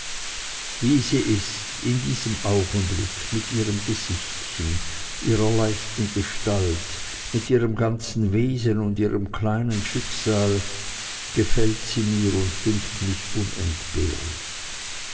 wie sie ist in diesem augenblicke mit ihrem gesichtchen ihrer leichten gestalt mit ihrem ganzen wesen und ihrem kleinen schicksal gefällt sie mir und dünkt mich unentbehrlich